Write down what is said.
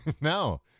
No